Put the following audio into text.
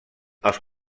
els